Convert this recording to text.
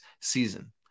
season